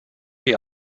die